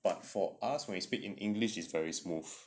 but for us when we speak in english it is very smooth